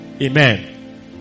Amen